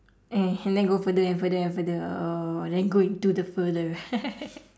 eh and then go further and further and further oh then go into the further